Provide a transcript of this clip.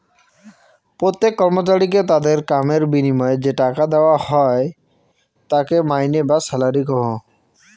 প্রত্যেক কর্মচারীকে তাদের কামের বিনিময়ে যে টাকা দেওয়া হই তাকে মাইনে বা স্যালারি কহু